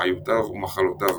בעיותיו ומחלותיו.